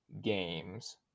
games